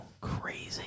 Crazy